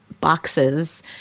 boxes